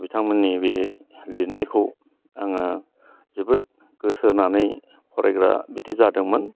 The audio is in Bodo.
बिथांमोननि बे लिरनायखौ आङो जोबोद गोसो होनानै फरायग्रा बिदि जादोंमोन